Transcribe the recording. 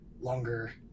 longer